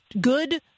good